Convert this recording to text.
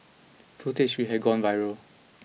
footage we had gone viral